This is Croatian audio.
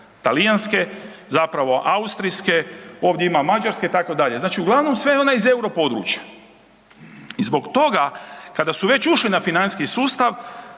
talijanske, austrijske ovdje ima mađarske itd. znači uglavnom sve one iz euro područja. I zbog toga kada su već ušli na financijski sustav